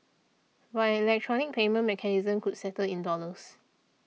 but electronic payment mechanism could settle in dollars